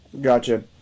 Gotcha